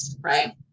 right